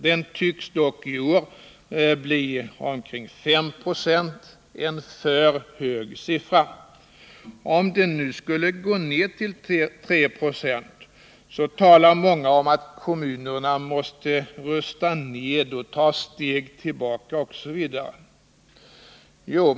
Den tycks dock i år bli omkring 5 96, vilket är en för hög siffra. Om den nu skulle gå ner till 3 0, talar många om att kommunerna måste rusta ned, ta steg tillbaka osv.